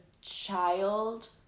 child